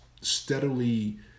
steadily